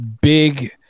big